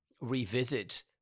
revisit